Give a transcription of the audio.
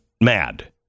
mad